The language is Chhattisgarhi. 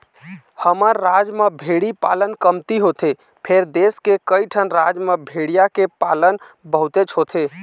हमर राज म भेड़ी पालन कमती होथे फेर देश के कइठन राज म भेड़िया के पालन बहुतेच होथे